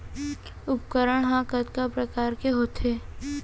उपकरण हा कतका प्रकार के होथे?